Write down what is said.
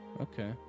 Okay